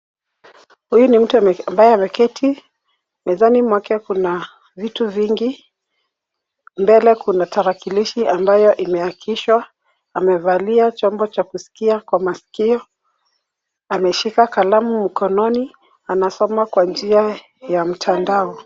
Huyu ni mtu ambaye ameketi. Mezani mwake kuna vitu vingi. Mbele kuna tarakilishi ambayo imeakishwa. Amevalia chombo cha kusikia kwa masikio. Ameshika kalamu mkononi, anasoma kwa njia ya mtandao.